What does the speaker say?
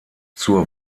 zur